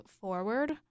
forward